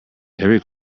every